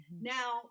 Now